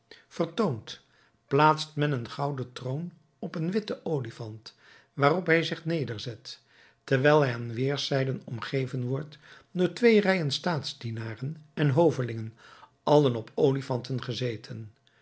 vertoont plaatst men een gouden troon op een witten olifant waarop hij zich nederzet terwijl hij aan weêrszijden omgeven wordt door twee rijen staatsdienaren en hovelingen allen op olifanten gezeten